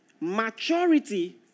Maturity